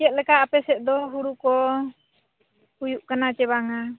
ᱪᱮᱫ ᱞᱮᱠᱟ ᱟᱯᱮ ᱥᱮᱫ ᱫᱚ ᱦᱳᱲᱳ ᱠᱚ ᱦᱩᱭᱩᱜ ᱠᱟᱱᱟ ᱪᱮ ᱵᱟᱝᱼᱟ